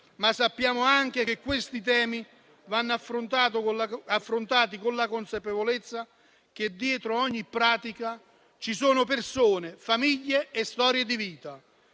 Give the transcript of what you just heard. ma sappiamo anche che questi temi vanno affrontati con la consapevolezza che dietro ogni pratica ci sono persone, famiglie e storie di vita.